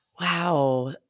Wow